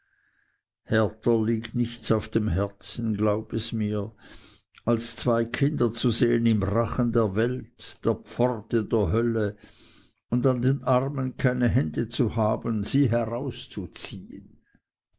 härter liegt nichts auf dem herzen glaub es mir als zwei kinder zu sehen im rachen der welt der pforte der hölle und an den armen keine hände zu haben sie herauszuziehen